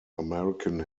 american